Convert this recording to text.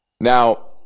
Now